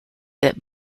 that